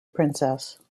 princess